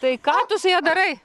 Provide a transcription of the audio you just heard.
tai ką tu su ja darai